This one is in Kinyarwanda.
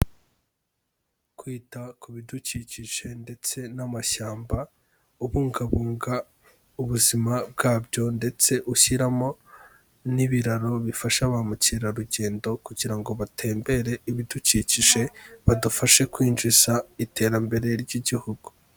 Kwita ku bidukikije ndetse n'amashyamba, ubungabunga ubuzima bwabyo ndetse ushyiramo n'ibiraro bifasha ba mukerarugendo kugira ngo batembere ibidukikije, badufashe kwinjiza iterambere ry'igihugu.